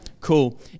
Cool